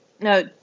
No